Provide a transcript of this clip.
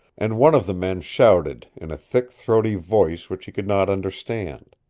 and one of the men shouted in a thick throaty voice which he could not understand.